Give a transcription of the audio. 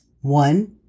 One